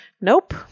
Nope